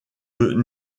les